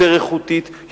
יותר איכותית,